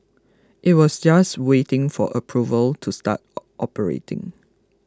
it was just waiting for approval to start operating